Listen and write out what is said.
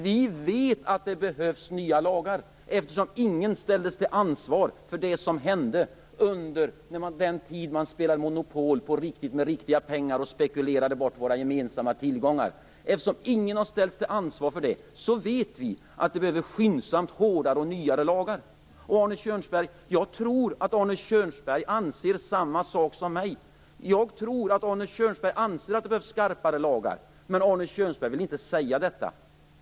Vi vet att det behövs nya lagar, eftersom ingen ställdes till ansvar för det som hände under den tid när man spelade Monopol med riktiga pengar och spekulerade bort våra gemensamma tillgångar. Eftersom ingen har ställts till ansvar för det, vet vi att det är ett skyndsamt behov av nya och hårdare lagar. Arne Kjörnsberg! Jag tror att Arne Kjörnsberg anser detsamma som jag. Jag tror att Arne Kjörnsberg anser att det behövs skarpare lagar. Men Arne Kjörnsberg vill inte säga detta.